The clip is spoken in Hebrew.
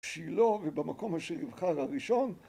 בשילו ובמקום אשר יבחר הראשון